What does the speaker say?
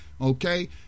Okay